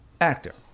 Actor